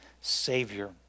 Savior